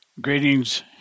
Greetings